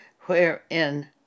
wherein